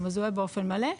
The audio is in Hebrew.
הוא מזוהה באופן מלא,